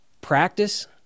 practice